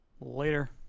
Later